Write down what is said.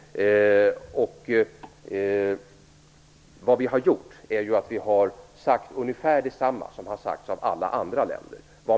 Vi har sagt ungefär detsamma som det som har sagts av alla andra länder.